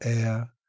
air